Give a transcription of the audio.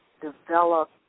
develop